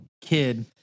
kid